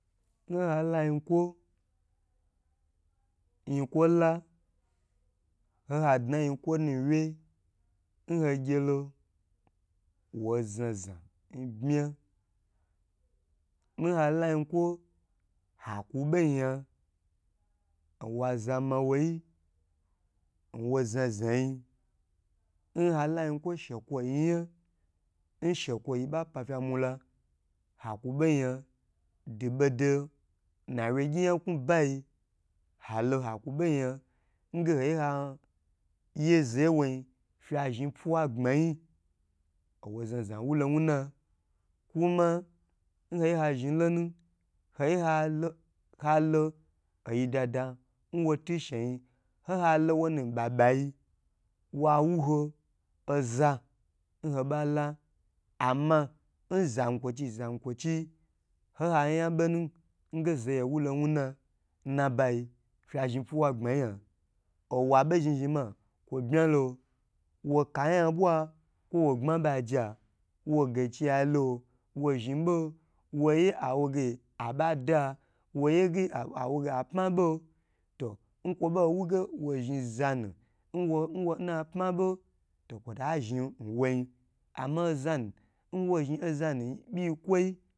Nho ha la yinkwola ohadna yinkwonuwg nhogye lo owo zna zna nbm nhoye hala yinkwo haku bo yan owaza mawoyi owo za za yi, nhoye hala yi kwo shekwoyi yan nsshekwo ba pa ta mula haku bo yan duba do na wye gyi yaku bayi halo hakubo yan nge hoya haye zaye wo yin fye zhi fiwa gbmayi owa zaza wulo wuna kuma ohoye hazhi lomu halo oyidada nwa otisheyi wawu ho oza nho bala ama n zankwochi zan kwachi ohayam bonu nge zayewulo wuna nnabayi fa zhin fiwa gbmayi owobo zhn zhn kwo bma lo wo bo wo kayan bwa kwo wo gbma ba ga wo gaiciye lo wo zhi bo woye awoge abe ada woge wowo ge abe pma ho tonkwobo wuge wo zhi zanu nwo nwo nnapma bo to kwo zhn nwoi ama ozan nwo zhn ozan bynkwoi